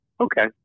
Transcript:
okay